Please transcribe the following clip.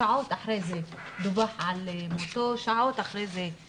שעות אחרי זה דווח על מותו,